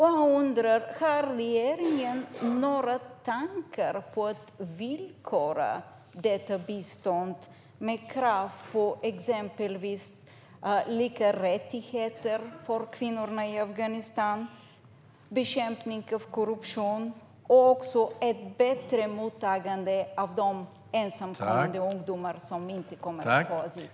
Har regeringen några tankar på att villkora detta bistånd med krav på exempelvis lika rättigheter för kvinnorna, bekämpning av korruption och ett bättre mottagande av de ensamkommande ungdomar som inte får asyl i Sverige?